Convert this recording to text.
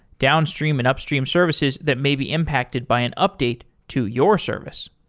downs tream and upstream services that may be impacted by an update to your service.